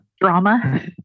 Drama